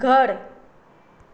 घर